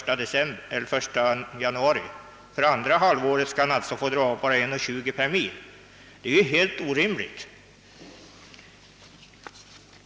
per mil för körsträckor därutöver, d. v. s. under andra halvåret. Det är helt orimligt.